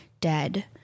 dead